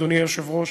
אדוני היושב-ראש,